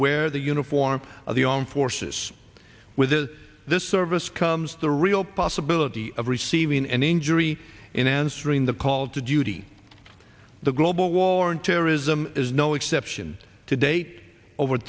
wear the uniform of the armed forces with this service comes the real possibility of receiving an injury in answering the call to duty the global war on terrorism is no exception to date over